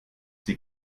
sie